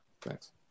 thanks